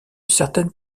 certaine